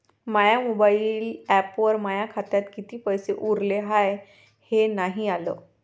माया mobile ॲपवर माया खात्यात किती पैसे उरले हाय हे नाही आलं